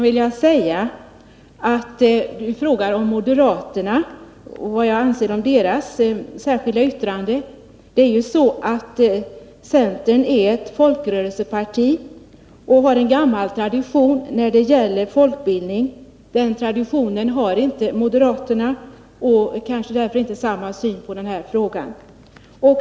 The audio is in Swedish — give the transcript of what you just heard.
Herr talman! Ingvar Johnsson frågade vad jag anser om moderaternas särskilda yttrande. Jag vill svara att centern är ett folkrörelseparti och har en gammal tradition när det gäller folkbildning. Den traditionen har inte moderaterna, och de har kanske därför inte heller samma syn på den här frågan.